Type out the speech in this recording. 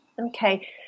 Okay